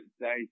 say